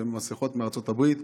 ויש מסכות מארצות הברית,